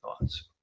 thoughts